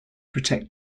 protect